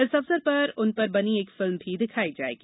इस अवसर पर उनपर बनी एक फिल्म भी दिखाई जायेगी